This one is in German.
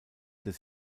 des